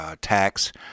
tax